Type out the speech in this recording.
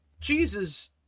Jesus